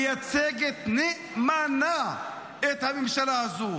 -- מייצגת נאמנה את הממשלה הזאת.